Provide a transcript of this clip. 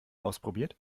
ausprobiert